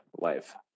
life